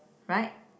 right